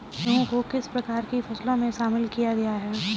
गेहूँ को किस प्रकार की फसलों में शामिल किया गया है?